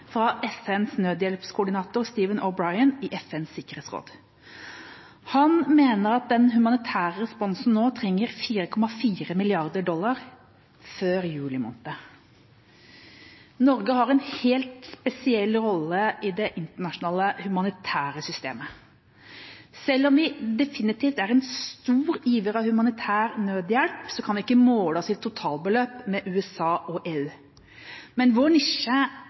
fra FNs nødhjelpskoordinator, Stephen O’Brien, i FNs sikkerhetsråd. Han mener at den humanitære responsen nå trenger 4,4 mrd. dollar før juli måned. Norge har en helt spesiell rolle i det internasjonale humanitære systemet. Selv om vi definitivt er en stor giver av humanitær nødhjelp, kan vi ikke måle oss i totalbeløp med USA og EU. Men vår nisje